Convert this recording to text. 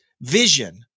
vision